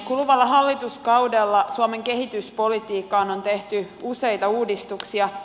kuluvalla hallituskaudella suomen kehityspolitiikkaan on tehty useita uudistuksia